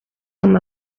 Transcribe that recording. amb